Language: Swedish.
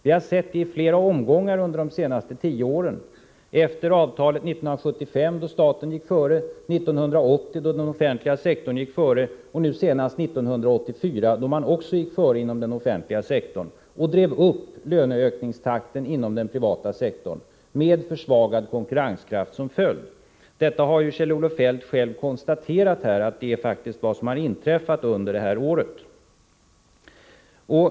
Vi har sett detta i flera omgångar under de senaste tio åren — efter avtalet 1975 då staten gick före, 1980 då den offentliga sektorn gick före, och nu senast 1984 då man också gick före inom den offentliga sektorn och drev upp löneökningstakten inom den privata sektorn med försvagad konkurrenskraft som följd. Kjell-Olof Feldt har ju själv konstaterat att detta är vad som har inträffat under året.